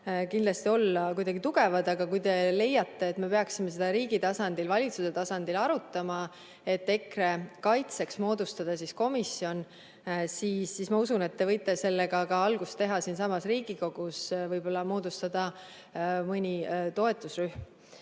kindlasti olla tugevad. Aga kui te leiate, et me peaksime seda riigi tasandil, valitsuse tasandil arutama, et EKRE kaitseks moodustada komisjon, siis ma usun, et te võite sellega algust teha siinsamas Riigikogus, võib-olla moodustate mõne toetusrühma. Nüüd